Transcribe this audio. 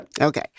Okay